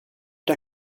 der